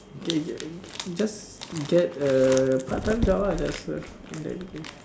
just get a part time job lah